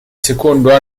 secondo